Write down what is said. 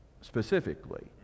specifically